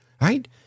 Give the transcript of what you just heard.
right